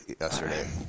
yesterday